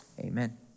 amen